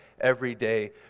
everyday